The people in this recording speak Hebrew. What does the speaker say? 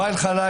או ואאל חלאילה,